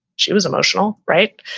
she was emotional, right?